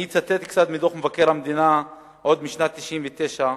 אני אצטט קצת מדוח מבקר המדינה עוד משנת 1999,